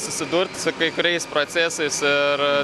susidurti su kai kuriais procesais ir